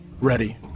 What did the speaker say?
ready